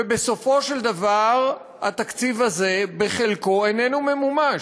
ובסופו של דבר התקציב הזה, בחלקו, איננו ממומש.